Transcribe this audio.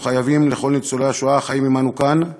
חבים לכל ניצולי השואה החיים עמנו כאן.